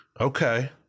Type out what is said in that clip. Okay